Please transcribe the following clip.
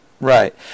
right